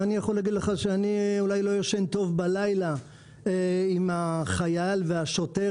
אני יכול להגיד לך שאני אולי לא ישן טוב בלילה עם החייל והשוטר